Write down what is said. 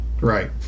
Right